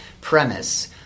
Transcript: premise